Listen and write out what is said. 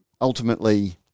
ultimately